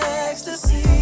ecstasy